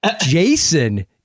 Jason